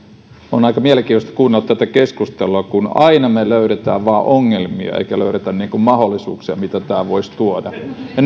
on aika mielenkiintoista kuunnella tätä keskustelua kun aina me löydämme vain ongelmia emmekä löydä niitä mahdollisuuksia mitä tämä voisi tuoda